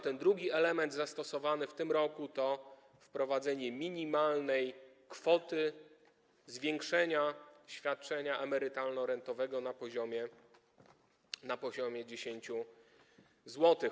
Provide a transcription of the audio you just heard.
Ten drugi element zastosowany w tym roku to wprowadzenie minimalnej kwoty zwiększenia świadczenia emerytalno-rentowego na poziomie 10 zł.